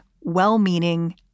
well-meaning